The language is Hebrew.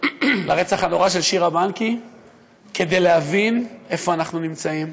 לרצח של שירה בנקי כדי להבין איפה אנחנו נמצאים,